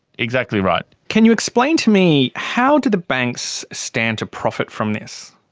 exactly right. can you explain to me, how do the banks stand to profit from this?